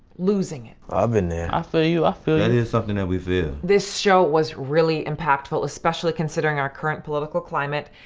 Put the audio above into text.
losing it. i've been there. i feel you, i feel you. that is something that we feel. this show was really impactful. especially considering our current political climate.